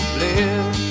live